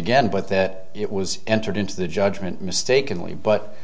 again but that it was entered into the judgement mistakenly but